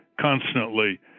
constantly